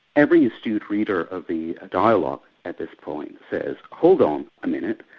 every astute reader of the dialogue at this point says, hold on a minute,